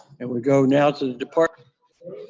and we go now to the department